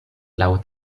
laŭ